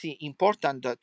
important